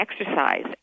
exercise